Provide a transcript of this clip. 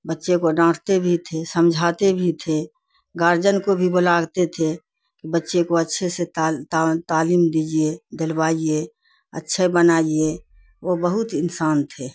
بچے کو ڈانٹتے بھی تھے سمجھاتے بھی تھے گارجن کو بھی بلاتے تھے کہ بچے کو اچھے سے تعلیم دیجیے دلوائیے اچھے بنائیے وہ بہت انسان تھے